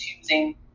choosing